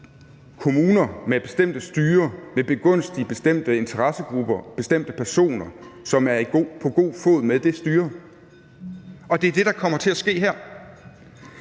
kommuner med bestemte styrer vil begunstige bestemte interessegrupper og bestemte personer, som er på god fod med det styre. Det er det, der kommer til at ske her.